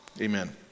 Amen